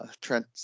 Trent